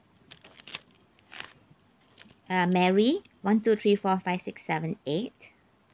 uh mary one two three four five six seven eight